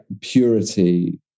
purity